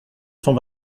cent